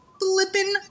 flippin